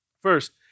First